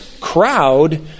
crowd